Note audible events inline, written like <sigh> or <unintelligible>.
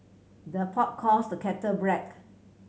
the pot calls the kettle <unintelligible>